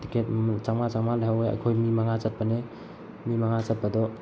ticket ꯆꯝꯃꯉꯥ ꯆꯃꯝꯉꯥ ꯂꯧꯍꯧꯋꯦ ꯑꯩꯈꯣꯏ ꯃꯤ ꯃꯉꯥ ꯆꯠꯄꯅꯦ ꯃꯤ ꯃꯉꯥ ꯆꯠꯄꯗꯣ